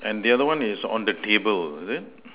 and the other one is on the table is it